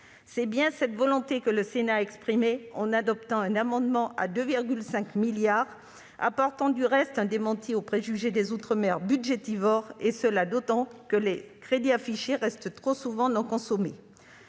C'est bien cette volonté que le Sénat a exprimée en adoptant un amendement tendant à prévoir 2,5 milliards d'euros, apportant du reste un démenti au préjugé d'outre-mer budgétivores, d'autant que les crédits affichés restent, trop souvent non consommés.